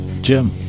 Jim